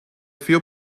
few